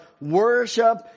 worship